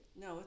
No